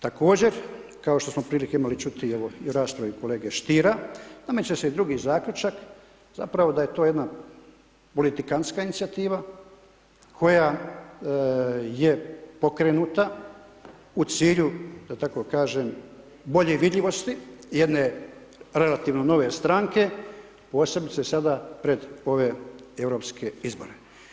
Također, kao što smo prilike imali čuti, evo i u raspravi kolege Stiera, nameće se i drugi zaključak, zapravo da je to jedna politikantska inicijativa koja je pokrenuta u cilju, da tako kažem, bolje vidljivosti jedne relativno nove stranke, posebice sada pred ove europske izbore.